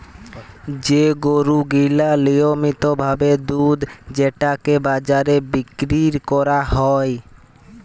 যে গরু গিলা লিয়মিত ভাবে দুধ যেটকে বাজারে বিক্কিরি ক্যরা হ্যয়